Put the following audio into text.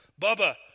Bubba